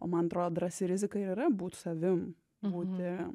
o man atrodo drąsi rizika ir yra būt savim būti